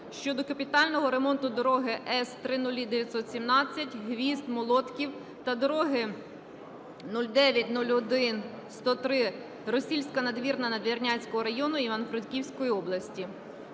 щодо капітального ремонту дороги С 000917 Гвізд-Молодків та дороги 0901103 Росільна-Надвірна Надвірнянського району Івано-Франківської області.